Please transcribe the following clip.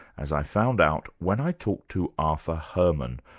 as i found out when i talked to arthur herman,